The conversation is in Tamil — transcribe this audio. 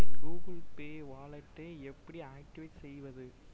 என் கூகுள் பே வாலெட்டை எப்படி ஆக்டிவேட் செய்வது